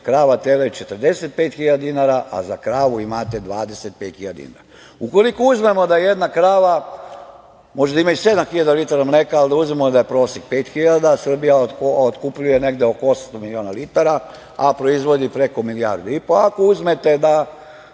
krava, tele, 45.000 dinara, a za kravu imate 25.000 dinara. Ukoliko uzmemo da jedna krava može da ima i 7.000 litara mleka, ali da uzmemo da je prosek 5.000, Srbija otkupljuje negde oko 800 miliona litara, a proizvodi preko milijardu i po, ako uzmete da